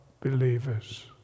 believers